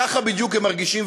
ככה בדיוק הם מרגישים,